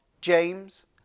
James